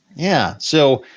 yeah, so,